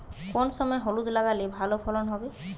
কোন সময় হলুদ লাগালে ভালো ফলন হবে?